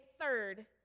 third